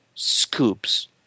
scoops